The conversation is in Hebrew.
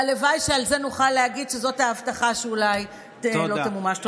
והלוואי שעל זה נוכל להגיד שזאת ההבטחה שאולי לא תמומש.